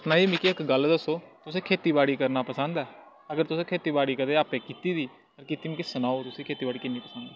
सपना जी मिगी इक्क गल्ल दस्सो तुसेंगी खेतीबाड़ी करना पसंद ऐ अगर तुसें खेतीबाड़ी कदें आपें कीती दी अगर कीती दी तां मिगी सनाओ किन्नी पसंद